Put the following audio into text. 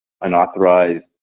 unauthorized